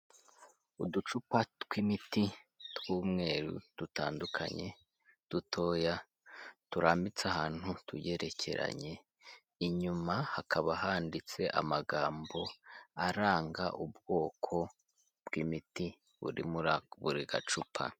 Uducupa tw'imiti tw'umweru, dutandukanye, dutoya, turambitse ahantu tugerekeranye, inyuma hakaba handitse amagambo aranga ubwoko bw'imiti buri muri buri gacupa.